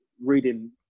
reading